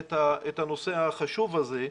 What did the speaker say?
את הנושא החשוב הזה,